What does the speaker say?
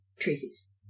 Tracy's